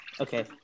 Okay